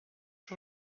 sur